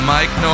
Mike